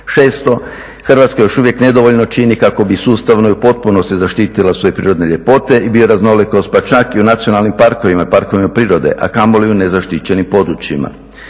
Šesto, Hrvatska još uvijek nedovoljno čini kako bi sustavno i u potpunosti zaštitila svoje prirodne ljepote i bioraznolikost pa čak i u nacionalnim parkovima i parkovima prirode, a kamoli u nezaštićenim područjima.